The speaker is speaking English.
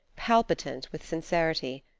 palpitant with sincerity.